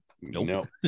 nope